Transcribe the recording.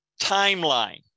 Timeline